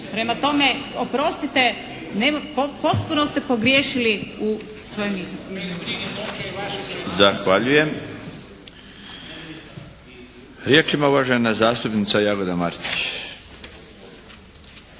Prema tome, oprostite potpuno ste pogriješili. **Milinović, Darko (HDZ)** Zahvaljujem. Riječ ima uvažena zastupnica Jagoda Martić.